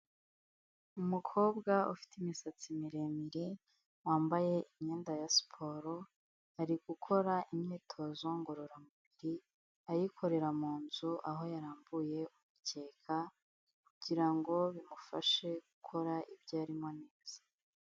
Umukobwa ufite imisatsi miremire wambaye imyenda ya siporo, ari gukora imyitozo ngororamubiri ayikorera mu nzu aho yarambuye umukeka, kugira ngo bimufashe gukora ibyo arimo neza.